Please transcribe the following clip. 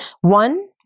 One